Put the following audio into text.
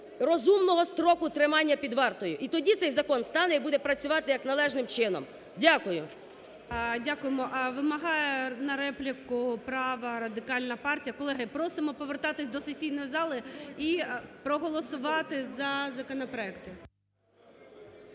розумного строку тримання під вартою. І тоді цей закон стане і буде працювати як належним чином. Дякую. ГОЛОВУЮЧИЙ. Дякуємо. Вимагає на репліку права Радикальна партія. Колеги, просимо повертатися до сесійної зали і проголосувати за законопроекти.